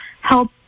help